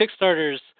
Kickstarter's